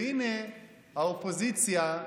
והאופוזיציה,